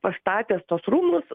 pastatęs tuos rūmus